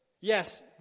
Yes